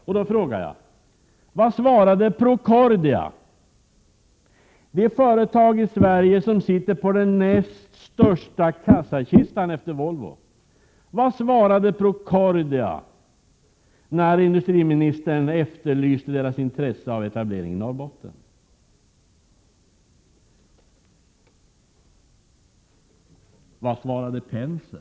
Jag frågar då: Vad svarade Procordia — det företag i Sverige som sitter på den största kassakistan näst Volvo — när industriministern efterlyste företagets intresse av etablering i Norrbotten? Vad svarade Penser?